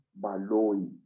Baloi